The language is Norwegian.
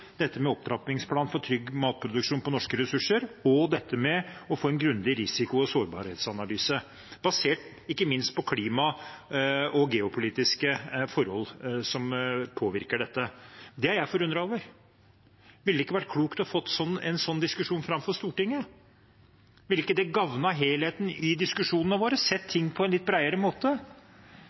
dette med opptrappingsplanen for trygg matproduksjon på norske ressurser og dette med å få en grundig risiko- og sårbarhetsanalyse, ikke minst basert på klimaet og geopolitiske forhold som påvirker dette. Det er jeg forundret over. Ville det ikke vært klokt å få en slik diskusjon fram for Stortinget? Ville ikke det gagnet helheten i diskusjonene våre å se ting på en litt bredere måte?